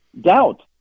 doubt